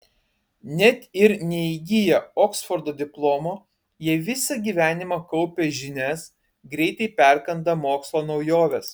net ir neįgiję oksfordo diplomo jie visą gyvenimą kaupia žinias greitai perkanda mokslo naujoves